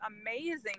amazing